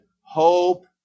hope